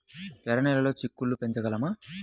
ఎర్ర నెలలో చిక్కుళ్ళు పెంచగలమా?